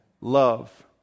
Love